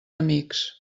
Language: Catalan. amics